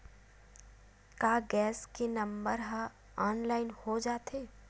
का गैस के नंबर ह ऑनलाइन हो जाथे?